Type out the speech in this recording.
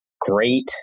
Great